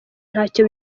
ntacyo